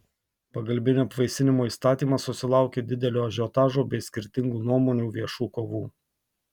pagalbinio apvaisinimo įstatymas susilaukė didelio ažiotažo bei skirtingų nuomonių viešų kovų